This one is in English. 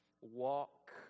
walk